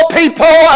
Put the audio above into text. people